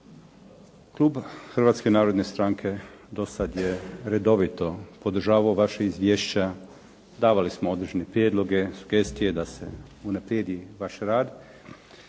Klub Hrvatske narodne stranke dosad je redovito podržavao vaša izvješća, davali smo određene prijedloge, sugestije da se unaprijedi vaš rad,